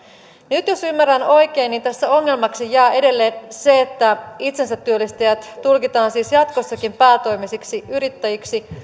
nyt jos ymmärrän oikein niin tässä ongelmaksi jää edelleen se että itsensätyöllistäjät tulkitaan siis jatkossakin päätoimisiksi yrittäjiksi